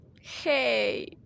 hey